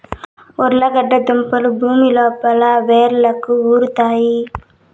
ఉర్లగడ్డ దుంపలు భూమి లోపల వ్రేళ్లకు ఉరుతాయి